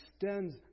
extends